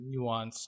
nuanced